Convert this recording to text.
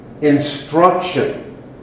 instruction